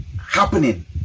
happening